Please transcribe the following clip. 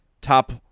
top